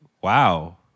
wow